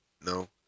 No